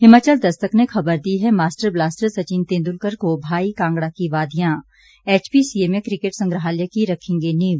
हिमाचल दस्तक ने खबर दी है मास्टर ब्लास्टर सचिन तेंदुलकर को भायी कांगड़ा की वादियां एचपीसीए में किकेट संग्रहालय की रखेंगे नींव